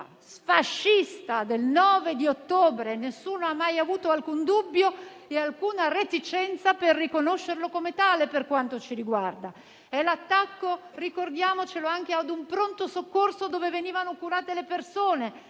sfascista del 9 ottobre, e nessuno ha mai avuto alcun dubbio né alcuna reticenza per riconoscerlo come tale, per quanto ci riguarda. È l'attacco - ricordiamocelo - anche a un pronto soccorso dove venivano curate le persone;